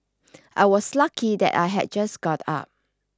I was lucky that I had just got up